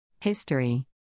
History